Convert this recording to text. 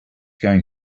going